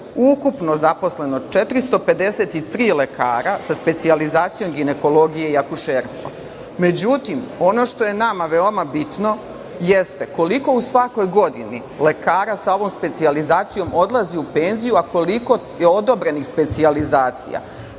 ukupno zaposleno 453 lekara sa specijalizacijom ginekologije i akušerstva. Međutim, ono što je nama veoma bitno jeste koliko u svakoj godini lekara sa ovom specijalizacijom odlazi u penziju, a koliko je odobrenih specijalizacija?